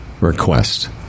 request